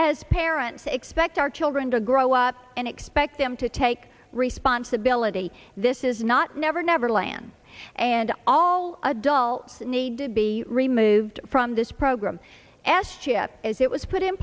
as parents expect our children to grow up and expect them to take responsibility this is not never neverland and all adults need to be removed from this program s chip as it was put in